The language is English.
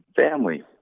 Family